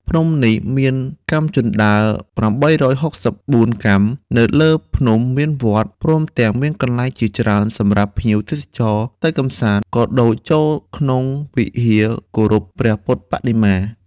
ភ្នំនេះមានកាំជណ្ដើរ៨៦៤កាំ នៅលើភ្នំមានវត្ត ព្រមទាំងមានកន្លែងជាច្រើនសំរាប់ភ្ញៀវទេសចរទៅកំសាន្តក៏ដូចចូលក្នុងវិហារគោរពព្រះពុទ្ធបដិមា។